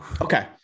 Okay